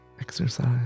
exercise